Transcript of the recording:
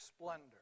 splendor